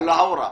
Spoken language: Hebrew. קלהורה,